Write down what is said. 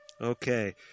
Okay